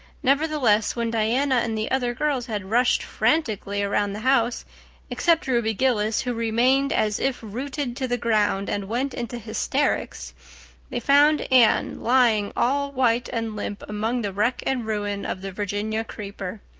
nevertheless, when diana and the other girls had rushed frantically around the house except ruby gillis, who remained as if rooted to the ground and went into hysterics they found anne lying all white and limp among the wreck and ruin of the virginia creeper.